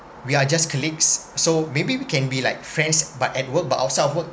we are just colleagues so maybe we can be like friends but at work but outside of work